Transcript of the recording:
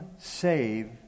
save